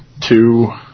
two